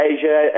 Asia